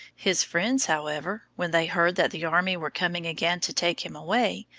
his friends, however, when they heard that the army were coming again to take him away,